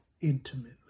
Intimately